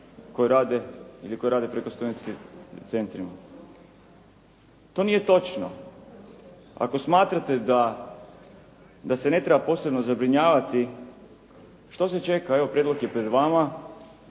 koji rade preko studentskih centara. To nije točno. Ako smatrate da se ne treba posebno zabrinjavati, što se čeka. Evo prijedlog je pred vama,